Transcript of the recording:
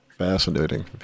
Fascinating